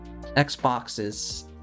Xboxes